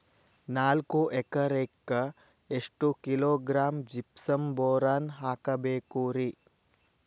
ನಾಲ್ಕು ಎಕರೆಕ್ಕ ಎಷ್ಟು ಕಿಲೋಗ್ರಾಂ ಜಿಪ್ಸಮ್ ಬೋರಾನ್ ಹಾಕಬೇಕು ರಿ?